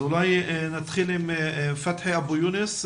נתחיל עם פתחי אבו יונס,